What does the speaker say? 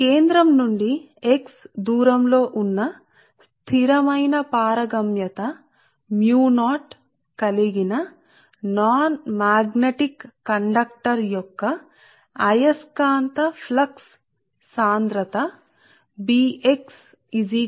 కాబట్టి స్థిరమైన permeability పారగమ్యత కలిగిన నాన్ మాగ్నెటిక్ కండక్టర్ కోసం కేంద్రం నుండి x దూరంలో ఉన్న magnetic flux density B x సరే